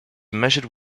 measured